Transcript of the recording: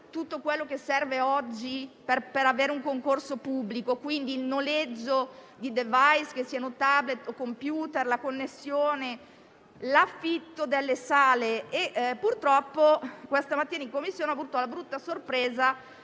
tutto quello che serve oggi per svolgere un concorso pubblico: il noleggio dei *device* - siano *tablet* o *computer* - la connessione e l'affitto delle sale. Purtroppo questa mattina in Commissione ho avuto la brutta sorpresa